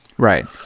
Right